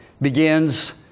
begins